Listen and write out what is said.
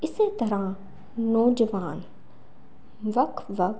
ਇਸ ਤਰ੍ਹਾਂ ਨੌਜਵਾਨ ਵੱਖ ਵੱਖ